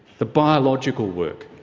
the biological work,